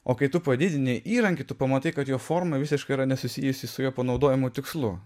o kai tu padidini įrankį tu pamatai kad jo forma visiškai yra nesusijusi su jo panaudojimo tikslu